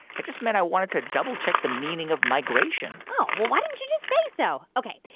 i just meant i wanted to double-check the meaning of migration oh, well, why didn't you just say so? ok,